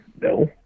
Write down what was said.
No